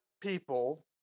people